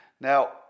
Now